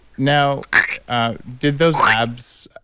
now ah did those abs.